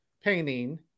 painting